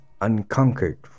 unconquered